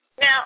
Now